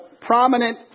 prominent